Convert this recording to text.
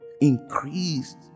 increased